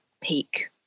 peak